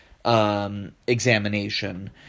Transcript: Examination